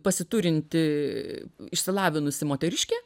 pasiturinti išsilavinusi moteriškė